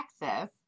Texas